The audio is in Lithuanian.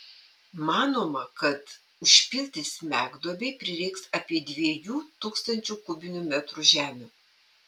manoma kad užpilti smegduobei prireiks apie dviejų tūkstančių kubinių metrų žemių